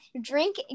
drink